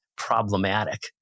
problematic